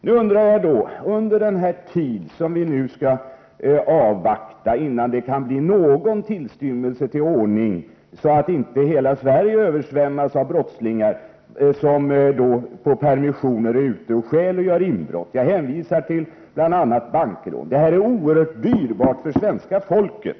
Nu undrar jag: Vad kommer att göras av regeringen under den tid då vi skall avvakta? Kan det bli någon tillstymmelse till ordning, så att inte hela Sverige översvämmas av brottslingar som på permissioner är ute och stjäl, gör inbrott och bankrån. Detta är oerhört dyrbart för svenska folket!